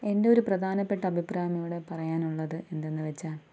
എൻ്റെ ഒരു പ്രധാനപ്പെട്ട അഭിപ്രായം ഇവിടെ പറയാനുള്ളത് എന്തെന്ന് വെച്ചാൽ